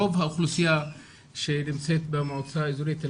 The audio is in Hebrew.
רוב האוכלוסייה שנמצאת במועצה האזורית אל